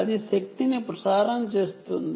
అది శక్తిని ప్రసారం చేస్తుంది